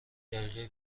دقیقه